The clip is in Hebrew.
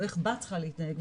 או איך בת צריכה להתנהג,